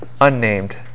Unnamed